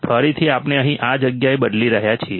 ફરીથી આપણે અહીં આ જગ્યાએ બદલી રહ્યા છીએ